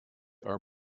are